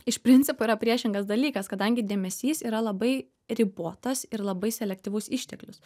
iš principo yra priešingas dalykas kadangi dėmesys yra labai ribotas ir labai selektyvus išteklius